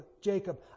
Jacob